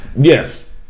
Yes